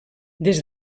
des